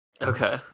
okay